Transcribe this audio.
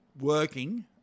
working